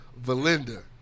valinda